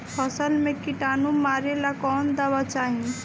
फसल में किटानु मारेला कौन दावा चाही?